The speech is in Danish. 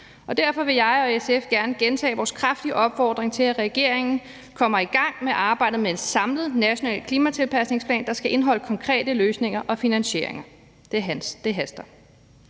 Derfor vil jeg og SF gerne gentage vores kraftige opfordring til, at regeringen kommer i gang med arbejdet med en samlet national klimatilpasningsplan, der skal indeholde konkrete løsninger og finansieringer. Det haster.